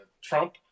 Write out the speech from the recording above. Trump